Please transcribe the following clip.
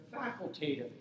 facultative